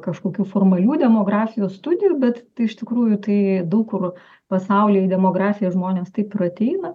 kažkokių formalių demografijos studijų bet iš tikrųjų tai daug kur pasaulyje į demografiją žmonės taip ir ateina